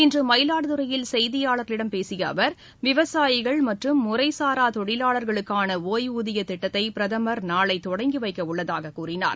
இன்று மயிலாடுதுறையில் செய்தியாளர்களிடம் பேசிய அவர் விவசாயிகள் மற்றும் முறைசாரா தொழிலாளர்களுக்கான ஒய்வூதிய திட்டத்தை பிரதமர் நாளை தொடங்கிவைக்க உள்ளதாக கூறினார்